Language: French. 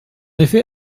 effet